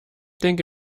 denke